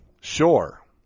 Sure